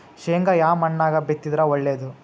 ಶೇಂಗಾ ಯಾ ಮಣ್ಣಾಗ ಬಿತ್ತಿದರ ಒಳ್ಳೇದು?